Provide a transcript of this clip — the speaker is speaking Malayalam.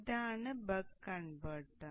ഇതാണ് ബക്ക് കൺവെർട്ടർ